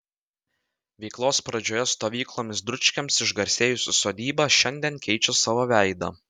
veiklos pradžioje stovyklomis dručkiams išgarsėjusi sodyba šiandien keičia savo veidą